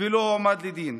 ולא הועמד לדין,